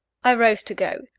i rose to go.